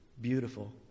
beautiful